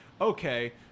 okay